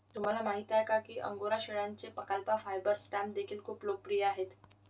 तुम्हाला माहिती आहे का अंगोरा शेळ्यांचे अल्पाका फायबर स्टॅम्प देखील खूप लोकप्रिय आहेत